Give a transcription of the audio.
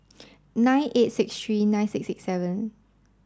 nine eight six three nine six six seven